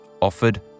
offered